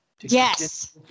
Yes